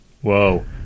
Whoa